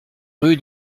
rue